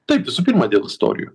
taip visų pirma dėl istorijų